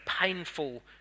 painful